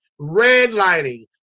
redlining